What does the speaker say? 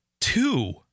two